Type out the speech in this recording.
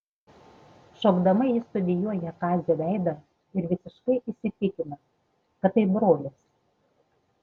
šokdama ji studijuoja kazio veidą ir visiškai įsitikina kad tai brolis